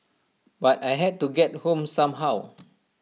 but I had to get home somehow